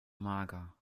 mager